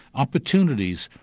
opportunities,